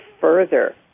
further